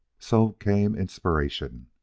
so came inspiration!